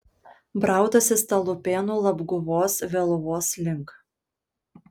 brautasi stalupėnų labguvos vėluvos link